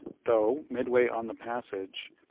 though, midway on the passage,